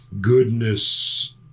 goodness